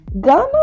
Ghana